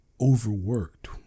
overworked